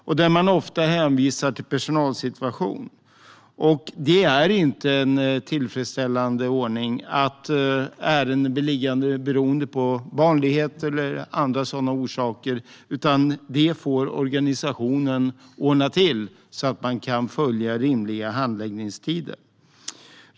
Man hänvisar då ofta till personalsituationen. Det är inte en tillfredsställande ordning att ärenden blir liggande beroende på barnledighet eller andra orsaker. Det får organisationen ordna till så att man kan följa rimliga handläggningstider.